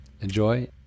Enjoy